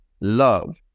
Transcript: love